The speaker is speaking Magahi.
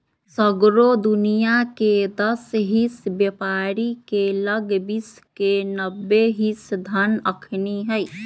सगरो दुनियाँके दस हिस बेपारी के लग विश्व के नब्बे हिस धन अखनि हई